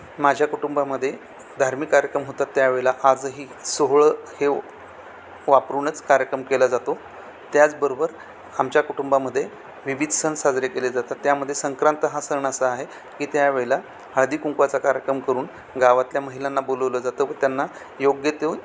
माझ्या कुटुंबामध्ये धार्मिक कार्यक्रम होतात त्यावेळेला आजही सोहळं हे वापरूनच कार्यक्रम केला जातो त्याचबरोबर आमच्या कुटुंबामध्ये विविध सण साजरे केले जातात त्यामध्ये संक्रांत हा सण असा आहे की त्यावेळेला हळदी कुंकवाचा कार्यक्रम करून गावातल्या महिलांना बोलवलं जातं व त्यांना योग्य ते